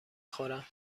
خورم